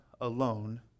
alone